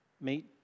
meet